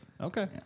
Okay